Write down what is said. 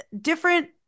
Different